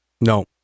No